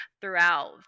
throughout